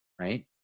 Right